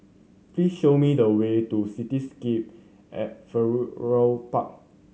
please show me the way to Cityscape at Park